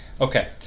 Okay